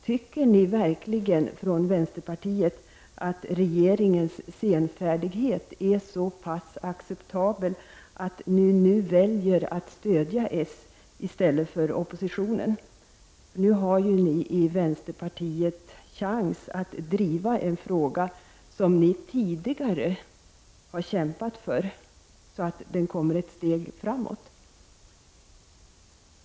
Tycker ni i vänsterpartiet verkligen att regeringens senfärdighet är så pass acceptabel att ni nu väljer att stödja socialdemokraterna i stället för oppositionen? Nu har ju ni i vänsterpartiet, genom att stödja reservation 7, chans att driva en fråga, som ni tidigare har kämpat för, ett steg framåt.